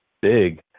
big